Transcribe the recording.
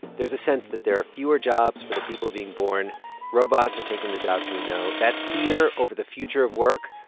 there's a sense that there are fewer jobs for the people being born robots are taking the jobs we know. that fear over the future of work,